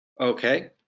Okay